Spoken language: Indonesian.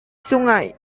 sungai